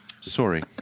sorry